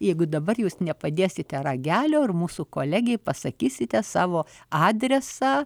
jeigu dabar jūs nepadėsite ragelio ir mūsų kolegei pasakysite savo adresą